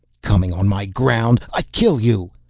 coming on my ground, i kill you!